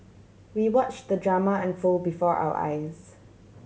we watch the drama unfold before our eyes